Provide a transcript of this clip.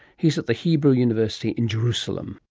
he's at the hebrew university in jerusalem.